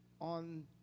on